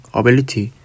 ability